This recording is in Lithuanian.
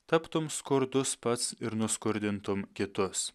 taptum skurdus pats ir nuskurdintum kitus